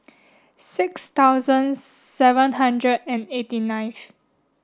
six thousand seven hundred and eighty nineth